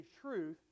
truth